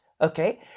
Okay